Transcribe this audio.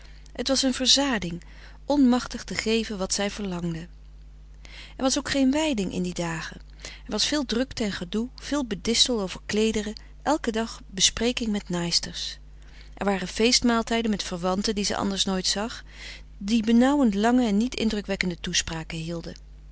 het was een verzading onmachtig te geven wat zij verlangde er was ook geen wijding in die dagen er was veel drukte en gedoe veel bedistel over kleederen elken dag bespreking met naaisters er waren feestmaaltijden met verwanten die ze anders nooit zag die benauwend lange en niet indrukwekkende toespraken hielden